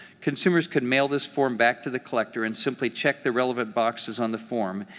consumers could mail this form back to the collector and simply check the relevant boxes on the form,